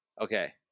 Okay